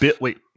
Wait